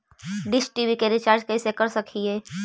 Dish TV के recharge कैसे कर सक हिय?